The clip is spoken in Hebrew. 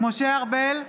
משה ארבל,